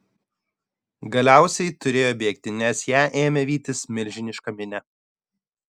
galiausiai turėjo bėgti nes ją ėmė vytis milžiniška minia